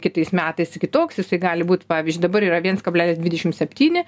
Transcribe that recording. kitais metais kitoks jisai gali būt pavyzdžiui dabar yra viens kablelis dvidešimt septyni